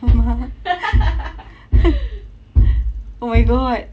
oh my god